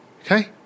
Okay